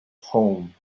home